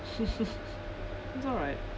it's alright